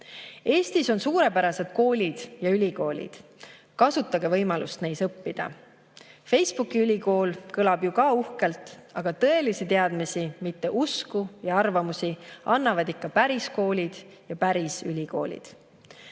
Eestis on suurepärased koolid ja ülikoolid. Kasutage võimalust neis õppida. Facebooki ülikool kõlab ju ka uhkelt, aga tõelisi teadmisi, mitte usku ja arvamusi, annavad ikka päris koolid ja päris ülikoolid.